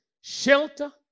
shelter